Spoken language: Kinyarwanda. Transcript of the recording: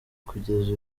kugeza